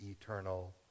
eternal